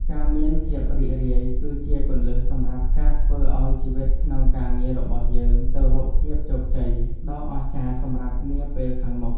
ការមានភាពរីករាយគឺជាគន្លឹះសម្រាប់ការធ្វើឱ្យជីវិតក្នុងការងាររបស់យើងទៅរកភាពជោគជ័យដ៏អស្ចារ្យសម្រាប់នាពេលខាងមុខ។